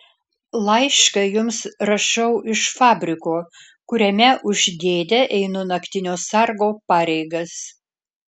laišką jums rašau iš fabriko kuriame už dėdę einu naktinio sargo pareigas